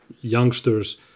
youngsters